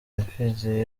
imfizi